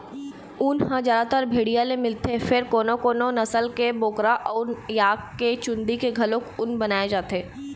ऊन ह जादातर भेड़िया ले मिलथे फेर कोनो कोनो नसल के बोकरा अउ याक के चूंदी ले घलोक ऊन बनाए जाथे